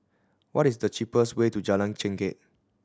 what is the cheapest way to Jalan Chengkek